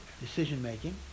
decision-making